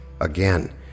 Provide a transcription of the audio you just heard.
again